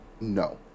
no